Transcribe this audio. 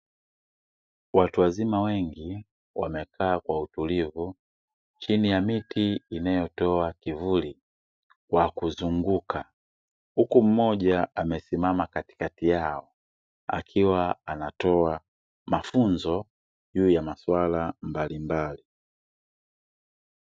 Watu wawili wakiwa darasani wakijisomea hali inayodhihirisha muktadhari wa washiriki kushiriki kikamilifu katika maisha ya kijamii.